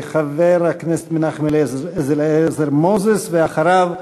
חבר הכנסת מנחם אליעזר מוזס, ואחריו,